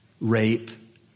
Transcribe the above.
rape